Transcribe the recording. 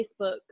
Facebook